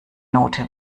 note